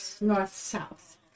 north-south